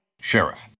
Sheriff